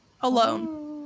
alone